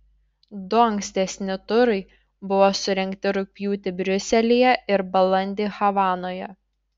du ankstesni turai buvo surengti rugpjūtį briuselyje ir balandį havanoje